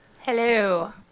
Hello